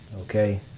Okay